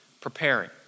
preparing